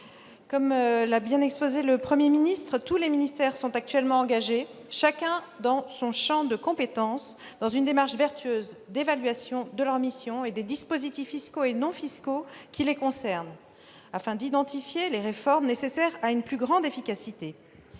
comme l'a bien exposé le Premier ministre, tous les ministères sont actuellement engagés, chacun dans leur champ de compétences, dans une démarche vertueuse d'évaluation de leurs missions et des dispositifs fiscaux et non fiscaux qui les concernent, afin d'identifier les réformes nécessaires à une plus grande efficacité.